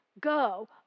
go